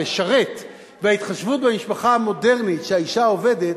לשרת וההתחשבות במשפחה המודרנית שבה האשה עובדת,